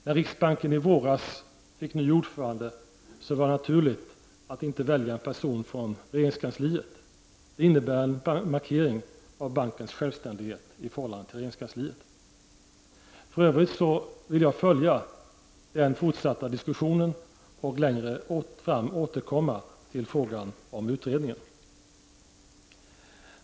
När riksbanken i våras skulle få en ny ordförande var det naturligt att inte välja en person från regeringskansliet. Det innebar en markering av bankens självständighet i förhållande till regeringskansliet. Jag vill för övrigt följa den fortsatta diskussionen och längre fram återkomma till frågan om utredningen.